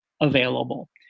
available